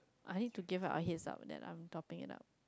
I need to give up a hand up and then I'm talking enough